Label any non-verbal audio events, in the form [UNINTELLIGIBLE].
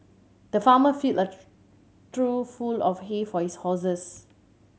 the farmer filled a [UNINTELLIGIBLE] trough full of hay for his horses